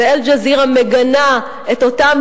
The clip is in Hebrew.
ו"אל-ג'זירה" מגנה את אותם,